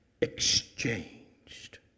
exchanged